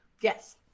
Yes